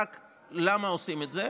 ולמה עושים את זה?